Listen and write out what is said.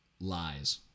lies